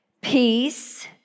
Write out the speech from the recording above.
Peace